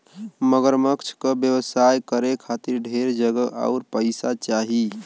मगरमच्छ क व्यवसाय करे खातिर ढेर जगह आउर पइसा चाही